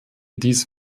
dies